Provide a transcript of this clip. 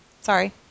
Sorry